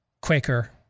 Quaker